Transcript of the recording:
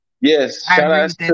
yes